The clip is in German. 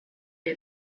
der